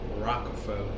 Rockefeller